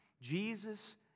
Jesus